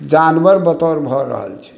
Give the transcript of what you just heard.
जानवर बतौर भऽ रहल छै